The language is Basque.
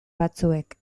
batzuek